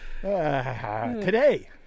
Today